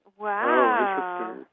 Wow